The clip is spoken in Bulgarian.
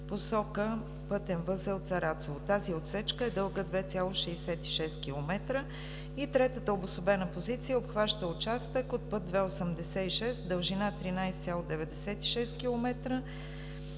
посока пътен възел Царацово. Тази отсечка е дълга 2,66 км. Третата обособена позиция обхваща участък от път ІІ-86 с дължина 13,96 км,